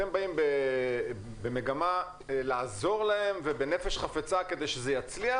אתם באים במגמה לעזור להם ובנפש חפצה כדי שזה יצליח?